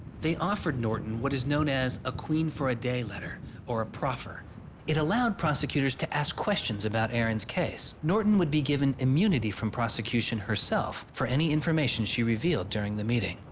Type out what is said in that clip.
they offered norton what is known as a queen for a day letter or a proffer it allowed prosecutors to ask questions about aaron's case. norton would be given immunity from prosecution herself for any information she revealed during the meeting.